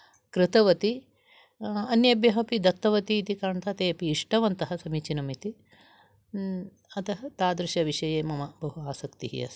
कृतवति अन्येभ्यः अपि दत्तवति इति कारणतः तेऽपि इष्टवन्तः समीचीनम् इति अतः तादृशविषये मम बहु आसक्तिः अस्ति